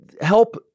help